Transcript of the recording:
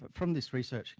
but from this research,